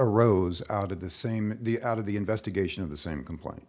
arose out of the same the out of the investigation of the same complaint